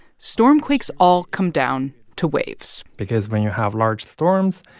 stormquakes all come down to waves because when you have large storms,